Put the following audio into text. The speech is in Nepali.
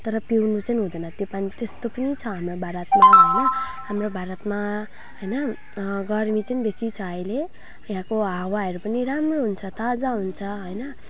तर पिउनु चाहिँ हुँदैन त्यो पानी त्यस्तो पनि छ हाम्रो भारतमा होइन हाम्रो भारतमा होइन गर्मी चाहिँ बेसी छ अहिले यहाँको हावाहरू पनि राम्रो हुन्छ ताजा हुन्छ होइन